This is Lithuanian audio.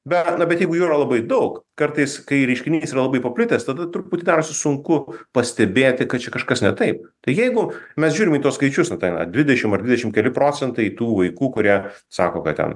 bet na bet jeigu jų yra labai daug kartais kai reiškinys yra labai paplitęs tada truputį darosi sunku pastebėti kad čia kažkas ne taip tai jeigu mes žiūrim į tuos skaičius na tai eina dvidešim ar dvidešim keli procentai tų vaikų kurie sako kad ten